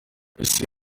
ese